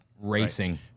racing